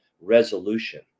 resolution